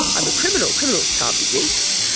i'm a criminal, criminals can't be geeks,